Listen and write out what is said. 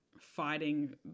fighting